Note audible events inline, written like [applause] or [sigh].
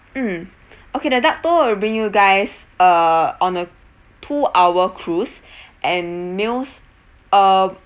mm okay the duck tour will bring you guys uh on a two hour cruise [breath] and meals uh